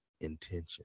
intention